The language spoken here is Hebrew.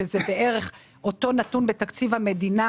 שזה בערך אותו נתון בתקציב המדינה,